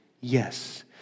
Yes